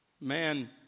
Man